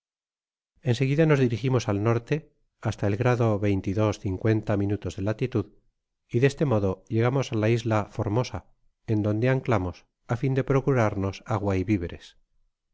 seguida nos dirigimos aln hasta el grado veinte y dos minutos de latitud y de este modo llegamos á la isla formosa en donde anclamos á fin de procurarnos agua y viveres